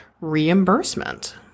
reimbursement